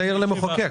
תעיר למחוקק.